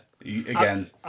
again